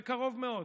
בקרוב מאוד,